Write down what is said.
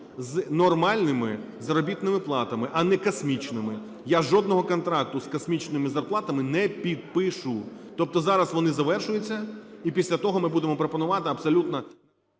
з нормальними заробітними платами, а не космічними. Я жодного контракту з космічними зарплатами не підпишу. Тобто зараз вони завершуються, і після того ми будемо пропонувати абсолютно…